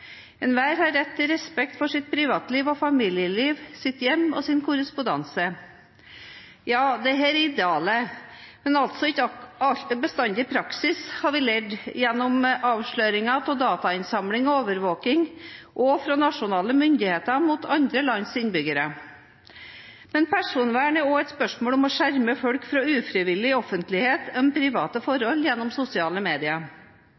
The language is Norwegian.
har rett til respekt for sitt privatliv og familieliv, sitt hjem og sin korrespondanse.» Ja, dette er idealet, men altså ikke bestandig praksis, som vi har lært mye om gjennom avsløringer av datainnsamling og overvåking, også fra nasjonale myndigheters side mot andre lands innbyggere. Men personvern er også et spørsmål om å skjerme folk fra ufrivillig offentlighet om private forhold gjennom sosiale medier.